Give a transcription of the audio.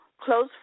close